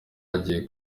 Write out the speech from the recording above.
hagiye